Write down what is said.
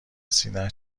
سینهاش